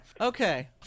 Okay